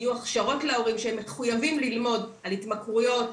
יהיו הכשרות להורים שהם מחוייבים ללמוד על התמכרויות,